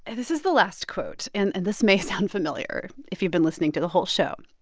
and this is the last quote. and and this may sound familiar if you've been listening to the whole show.